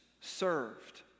served